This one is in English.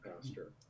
pastor